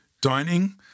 dining